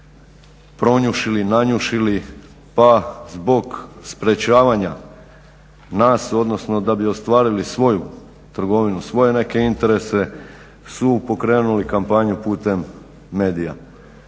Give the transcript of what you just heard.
pronjušili, nanjušili, pa zbog sprečavanja nas odnosno da bi ostvarili svoju trgovinu, svoje neke interese su pokrenuli kampanju putem medija.